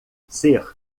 ser